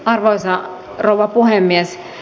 arvoisa rouva puhemies